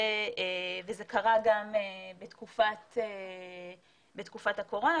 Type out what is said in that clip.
זה קרה גם בתקופת הקורונה,